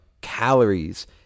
Calories